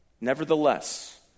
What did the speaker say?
Nevertheless